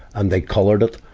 and they colored it,